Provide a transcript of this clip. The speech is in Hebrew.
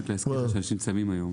רק להזכיר לך שאנשים צמים היום.